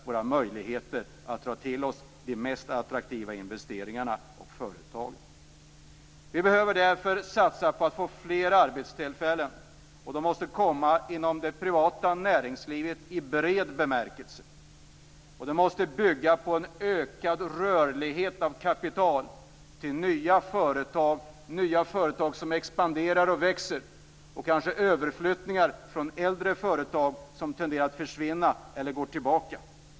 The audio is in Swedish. Våra möjligheter att dra till oss de mest attraktiva investeringarna och företagen minskar. Vi behöver därför satsa på att få fler arbetstillfällen. De måste komma inom det privata näringslivet i bred bemärkelse. De måste bygga på en ökad rörlighet av kapital till nya företag som expanderar och växer. Det måste kanske ske överflyttningar från äldre företag som tenderar att försvinna eller gå tillbaka.